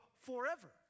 forever